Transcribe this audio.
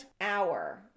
hour